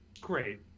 great